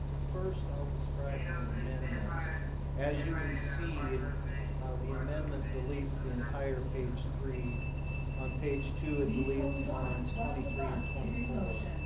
first i'll describe the amendment as you can see the amendment deletes the entire page three on page two it deletes lines twenty three and twenty four,